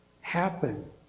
happen